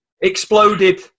exploded